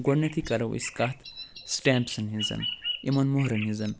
گۄڈنٮ۪تھٕے کَرو أسۍ کَتھ سِٹٮ۪مپسَن ہِنٛز یِمن مۄہرن ہِنٛز